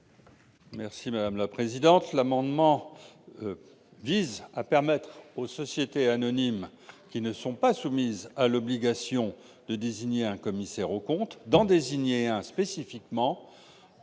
M. Richard Yung. Cet amendement vise à permettre, aux sociétés anonymes qui ne sont pas soumises à l'obligation de désigner un commissaire aux comptes, d'en désigner un spécifiquement